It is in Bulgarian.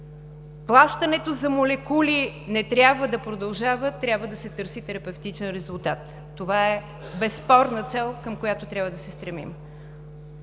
Плащането за молекули не трябва да продължава, а трябва да се търси терапевтичен резултат. Това е безспорна цел, към която трябва да се стремим.